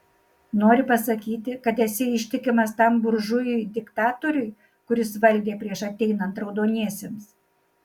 nori pasakyti kad esi ištikimas tam buržujui diktatoriui kuris valdė prieš ateinant raudoniesiems